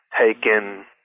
taken